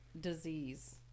disease